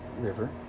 River